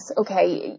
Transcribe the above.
okay